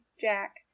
Jack